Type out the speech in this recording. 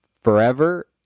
forever